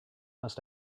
must